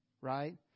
right